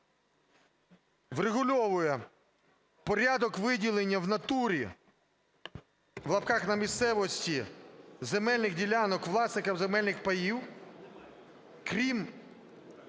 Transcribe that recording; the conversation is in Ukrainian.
врегульовує порядок виділення в натурі (на місцевості) земельних ділянок власникам земельних паїв крім